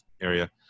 area